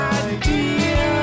idea